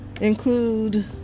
include